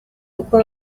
uko